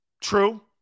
true